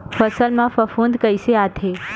फसल मा फफूंद कइसे आथे?